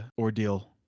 ordeal